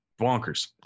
bonkers